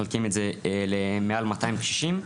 מחלקים את זה למעל 200 קשישים,